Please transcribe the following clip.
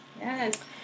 Yes